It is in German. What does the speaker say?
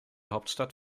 hauptstadt